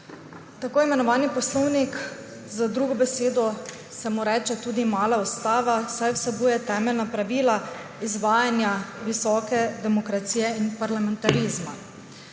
Tako imenovanemu poslovniku se z drugimi besedami reče tudi mala ustava, saj vsebuje temeljna pravila izvajanja visoke demokracije in parlamentarizma.